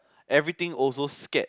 everything also scared